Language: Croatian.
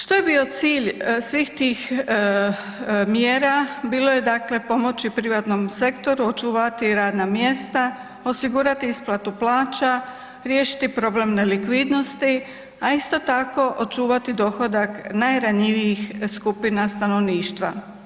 Što je bio cilj svih tim mjera, bilo je, dakle, pomoći privatnom sektoru, očuvati radna mjesta, osigurati isplatu plaća, riješiti problem nelikvidnosti, a isto tako, očuvati dohodak najranjivijih skupina stanovništva.